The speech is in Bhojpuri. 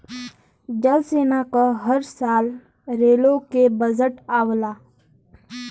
जल सेना क हर साल रेलो के बजट आवला